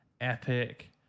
epic